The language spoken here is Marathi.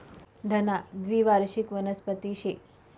धना द्वीवार्षिक वनस्पती शे